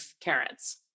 carrots